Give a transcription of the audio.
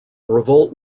revolt